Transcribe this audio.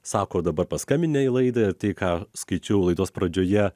sako dabar paskambinę į laidą ir tai ką skaičiau laidos pradžioje